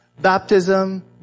baptism